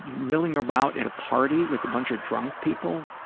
milling about at a party with a bunch of drunk people,